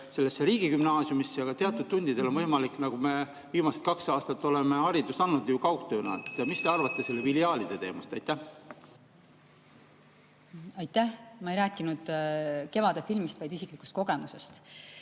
sellesse riigigümnaasiumisse, aga teatud tundidel on võimalik, nagu me viimased kaks aastat oleme haridust andnud, ju kaugtöö. Mis te arvate filiaalide teemast? Aitäh! Ma ei rääkinud "Kevade" filmist, vaid isiklikust kogemusest. Ma